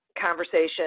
conversation